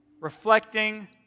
reflecting